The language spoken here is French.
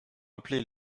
appeler